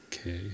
Okay